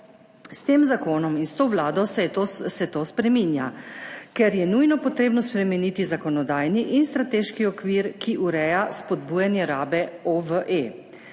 S tem zakonom in s to Vlado se to spreminja, ker je nujno potrebno spremeniti zakonodajni in strateški okvir, ki ureja spodbujanje rabe OVE.